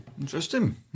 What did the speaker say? Interesting